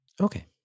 Okay